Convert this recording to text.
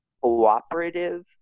cooperative